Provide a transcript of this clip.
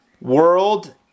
world